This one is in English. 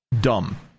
dumb